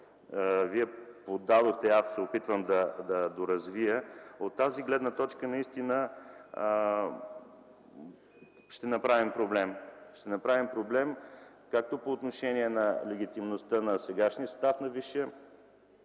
Вие подадохте, а аз се опитвам да доразвия, от тази гледна точка наистина ще направим проблем. Ще направим проблем както по отношение на легитимността на сегашния състав на Висшия